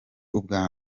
ubwa